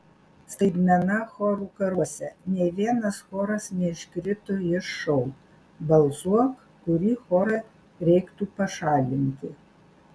staigmena chorų karuose nė vienas choras neiškrito iš šou balsuok kurį chorą reiktų pašalinti